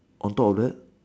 on top of that